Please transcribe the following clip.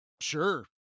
Sure